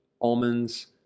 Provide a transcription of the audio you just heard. almonds